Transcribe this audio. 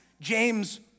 James